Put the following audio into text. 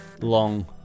long